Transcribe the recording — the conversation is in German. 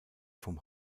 vom